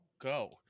go